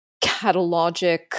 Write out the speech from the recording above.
catalogic